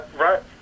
right